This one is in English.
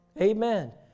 Amen